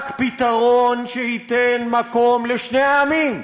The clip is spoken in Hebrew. רק פתרון שייתן מקום לשני העמים,